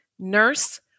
nurse